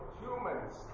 humans